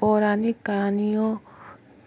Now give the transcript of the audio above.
पौराणिक कहानियों